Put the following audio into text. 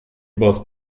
überaus